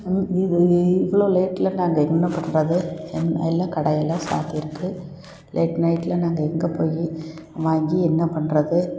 இது இவ்வளோ லேட்டுல நாங்கள் என்ன பண்றது என் எல்லா கடையெல்லாம் சாத்தியிருக்கு லேட் நைட்டில் நாங்கள் எங்கே போய் வாங்கி என்ன பண்றது